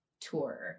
Tour